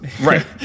right